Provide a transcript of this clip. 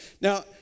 Now